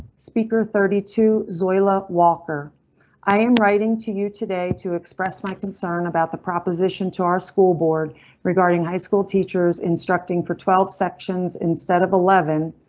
speaker thirty two zoila walker i am writing to you today to express my concern about the proposition to our school board regarding high school teachers instructing for twelve sections instead of eleven.